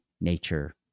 nature